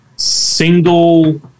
Single